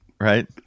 right